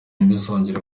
ntibizongere